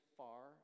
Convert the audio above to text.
far